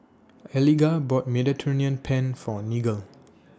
Eliga bought Mediterranean Penne For Nigel